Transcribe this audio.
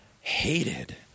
hated